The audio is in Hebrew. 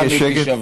גם היא תישבר.